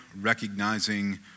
recognizing